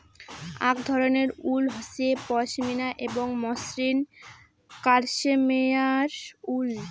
আক ধরণের উল হসে পশমিনা এবং মসৃণ কাশ্মেয়ার উল